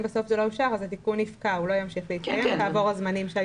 אם בסוף זה לא אושר התיקון יפקע והוא לא ימשיך להתקיים בעבור הזמנים.